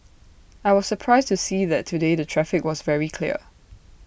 I was surprised to see that today the traffic was very clear